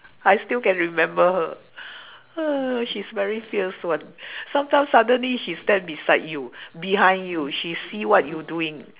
I still can remember her she's very fierce one sometime suddenly she stand beside you behind you she see what you doing